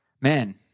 Man